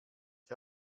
ich